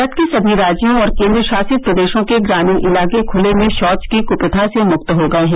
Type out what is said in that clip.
भारत के सभी राज्यों और केन्द्र शासित प्रदेशों के ग्रामीण इलाके खुले में शौच की कुप्रथा से मुक्त हो गए हैं